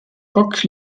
kaks